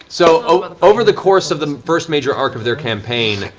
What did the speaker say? so over the over the course of the first major arc of their campaign,